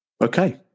Okay